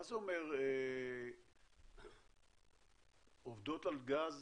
מה זה אומר עובדות על גז